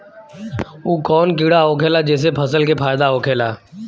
उ कौन कीड़ा होखेला जेसे फसल के फ़ायदा होखे ला?